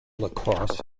lacrosse